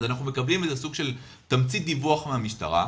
אנחנו מקבלים איזה סוג של תמצית דיווח מהמשטרה,